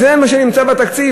זה מה שנמצא בתקציב,